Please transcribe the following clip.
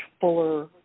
fuller